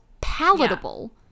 palatable